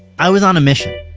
i was on a mission.